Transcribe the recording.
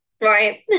right